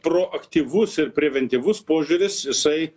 proaktyvus ir preventyvus požiūris jisai